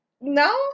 No